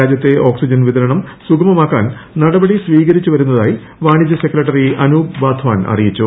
രാജ്യത്തെ ഓക്സിജൻ വിതരണം സുഗമമാക്കാൻ നടപടി സ്വീകരിച്ച് വരുന്നതായി വാണിജൃ സെക്രട്ടറി അനൂപ് വാധാൻ അറിയിച്ചു